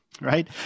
right